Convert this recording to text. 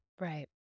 Right